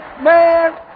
man